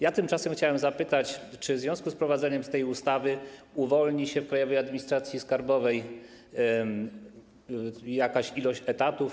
Ja tymczasem chciałem zapytać, czy w związku z wprowadzeniem tej ustawy uwolni się w Krajowej Administracji Skarbowej jakaś ilość etatów.